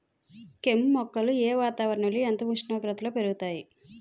కెమ్ మొక్కలు ఏ వాతావరణం ఎంత ఉష్ణోగ్రతలో పెరుగుతాయి?